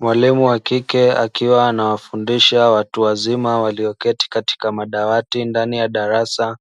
Mwalimu wa kike akiwa anawafundisha watu wazima walioketi katika madawati ndani ya darasa,